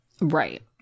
Right